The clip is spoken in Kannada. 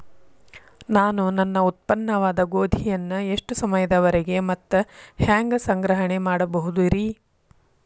ನಾನು ನನ್ನ ಉತ್ಪನ್ನವಾದ ಗೋಧಿಯನ್ನ ಎಷ್ಟು ಸಮಯದವರೆಗೆ ಮತ್ತ ಹ್ಯಾಂಗ ಸಂಗ್ರಹಣೆ ಮಾಡಬಹುದುರೇ?